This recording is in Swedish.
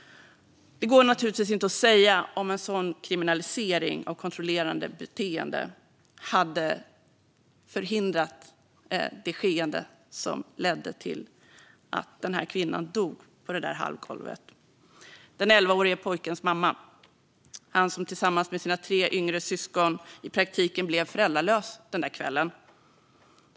Det går naturligtvis inte att säga om en sådan kriminalisering av kontrollerande beteende hade förhindrat det skeende som ledde till att kvinnan dog på det där hallgolvet. Det var mamman till den 11-årige pojke som tillsammans med sina tre yngre syskon i praktiken blev föräldralös den där kvällen.